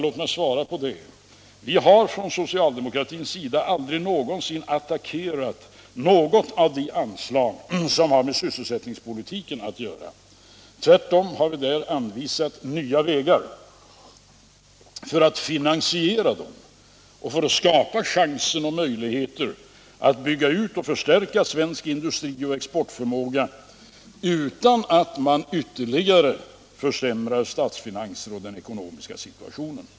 Låt mig svara på det att vi har från socialdemokratins sida aldrig någonsin attackerat något av de anslag som har med sysselsättningspolitiken att göra. Tvärtom har vi anvisat nya vägar för att finansiera dessa anslag och för att skapa möjligheter att bygga ut och förstärka svensk industri och exportförmåga utan att man ytterligare försämrar statsfinanserna och den ekonomiska situationen.